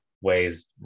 ways